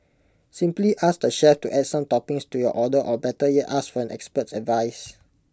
simply ask the chef to add some toppings to your order or better yet ask for an expert's advice